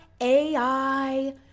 AI